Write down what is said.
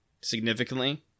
significantly